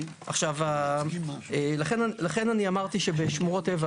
לכן אמרתי שבשמורות הטבע